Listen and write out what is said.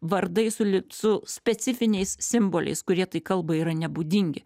vardai su li su specifiniais simboliais kurie tai kalbai yra nebūdingi